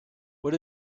what